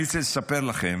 אני רוצה לספר לכם